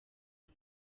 aho